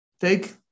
take